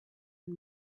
and